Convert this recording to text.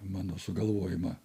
mano sugalvojimą